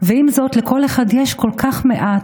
ועם זאת לכל אחד יש כל כך מעט,